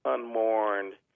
Unmourned